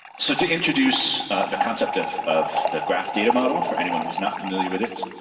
so to introduce the concept of of the graph data model for anyone who's not familiar with it,